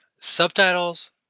Subtitles